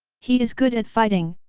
he is good at fighting,